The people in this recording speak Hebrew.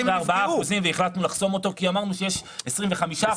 בדיוק כמו 24 אחוזים והחלטנו לחסום אותו כי אמרנו שיש 25 אחוזים.